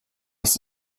ist